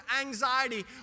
anxiety